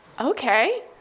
okay